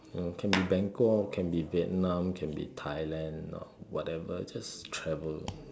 you know can be Bangkok or can be Vietnam can be Thailand or whatever just travel